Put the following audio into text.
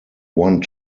one